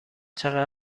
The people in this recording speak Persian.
چقدر